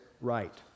right